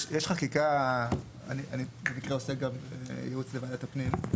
יש חקיקה, אני במקרה עושה גם ייעוץ לוועדת הפנים.